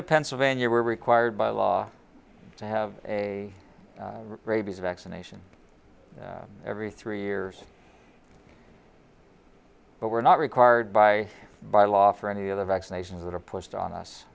of pennsylvania we're required by law to have a rabies vaccination every three years but we're not required by by law for any other vaccinations that are pushed on us